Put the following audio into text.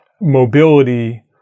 mobility